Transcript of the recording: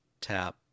tap